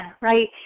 right